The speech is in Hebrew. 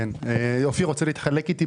מי בעד הרביזיה?